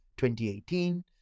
2018